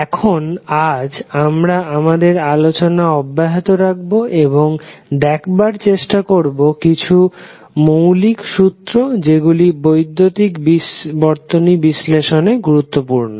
এখন আজ আমরা আমাদের আলোচনা অব্যাহত রাখবো এবং দেখবার চেষ্টা করবো কিছু মৌলিক সূত্র যেগুলি বৈদ্যুতিক বর্তনী বিশ্লেষণে গুরুত্বপূর্ণ